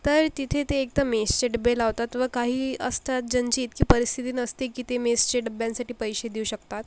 तर तिथे ते एकतर मेसचे डब्बे लावतात व काही असतात ज्यांची इतकी परिस्थिती नसते की ते मेसचे डब्ब्यांसाठी पैसे देऊ शकतात